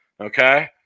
okay